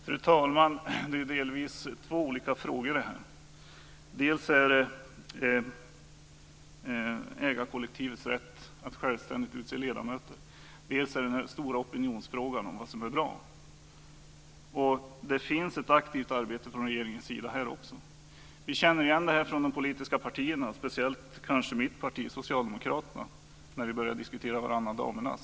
Fru talman! Det är delvis två olika frågor som det rör sig om här. Dels handlar det om ägarkollektivets rätt att självständigt utse ledamöter. Dels gäller det den stora opinionsfrågan om vad som är bra. Det finns också här ett aktivt arbete från regeringens sida. Vi känner igen det här från de politiska partierna - kanske speciellt från mitt parti, Socialdemokraterna, när vi började diskutera "varannan damernas".